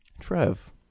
Trev